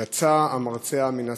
יצא המרצע מן השק,